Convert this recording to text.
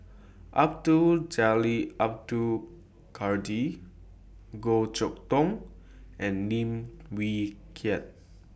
Abdul Jalil Abdul Kadir Goh Chok Tong and Lim Wee Kiak